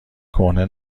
کهنه